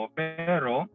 pero